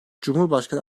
cumhurbaşkanı